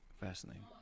Fascinating